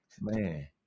man